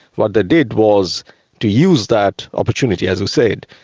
what they did was to use that opportunity, as we said,